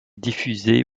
diffusée